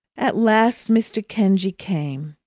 at last mr. kenge came.